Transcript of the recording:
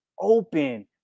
open